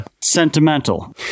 Sentimental